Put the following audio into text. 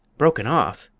broken off!